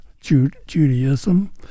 Judaism